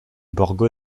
borgo